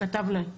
הוא כתב לי.